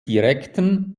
direkten